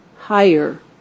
higher